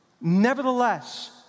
nevertheless